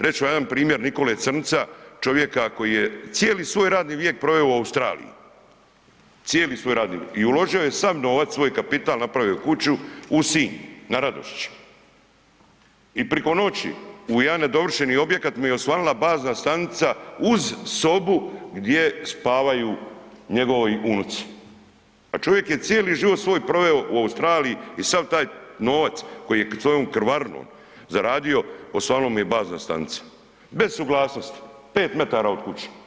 Reći ću vam jedan primjer Nikole Crnca čovjeka koji je cijeli svoj radni vijek proveo u Australiji, cijeli svoj radni vijek i uložio je sav novac, svoj kapital, napravio kuću u Sinj, na Radošći i priko noći u jedan nedovršeni objekat mu je osvanula bazna stanica uz sobu gdje spavaju njegovi unuci, a čovjek je cijeli život svoj proveo u Australiji i sav taj novac koji je svojom krvarinom zaradio osvanula mu je bazna stanica, bez suglasnosti, 5 metara od kuće.